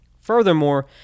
Furthermore